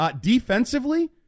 Defensively